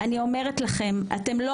תודה